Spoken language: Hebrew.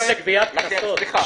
במרכז לגביית קנסות.